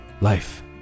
life